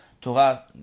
Torah